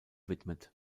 widmet